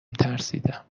ترسیدم